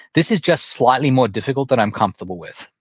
this is just slightly more difficult than i'm comfortable with.